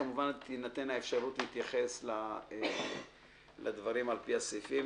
כמובן תינתן אפשרות להתייחס לדברים על פי הסעיפים.